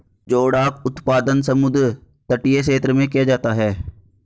जोडाक उत्पादन समुद्र तटीय क्षेत्र में किया जाता है